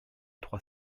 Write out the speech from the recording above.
trois